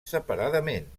separadament